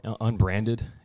unbranded